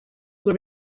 were